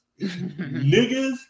Niggas